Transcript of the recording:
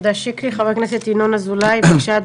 חבר הכנסת ינון אזולאי, בבקשה.